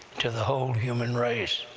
to the whole human race.